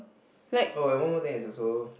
like